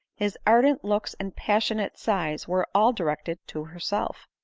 his ardent looks and passionate sighs were all directed to herself.